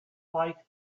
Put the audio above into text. like